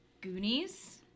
Goonies